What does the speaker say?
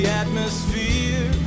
atmosphere